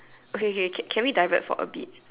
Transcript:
okay okay can we divert for a bit